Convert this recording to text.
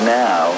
now